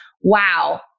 Wow